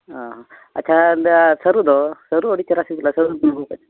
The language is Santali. ᱚᱻ ᱟᱪᱪᱷᱟ ᱥᱟᱹᱨᱩᱫᱚ ᱥᱟᱹᱨᱩ ᱟᱹᱰᱤ ᱪᱮᱦᱨᱟ ᱥᱤᱵᱤᱞᱟ